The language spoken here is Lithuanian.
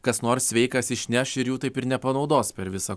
kas nors sveikas išneš ir jų taip ir nepanaudos per visą